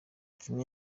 kimwe